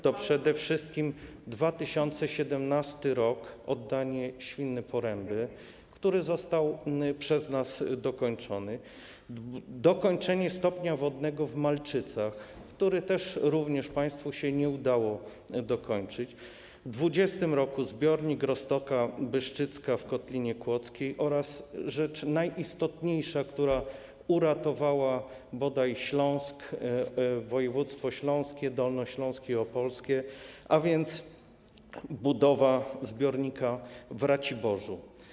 To przede wszystkim 2017 r. - oddanie Świnnej Poręby, która została przez nas dokończona, dokończenie stopnia wodnego w Malczycach, którego również państwu się nie udało dokończyć, 2020 r. - zbiornik w Roztokach Bystrzyckich w Kotlinie Kłodzkiej, a także rzecz najistotniejsza, która uratowała bodaj Śląsk, województwa śląskie, dolnośląskie i opolskie, a więc budowa zbiornika w Raciborzu.